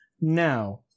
now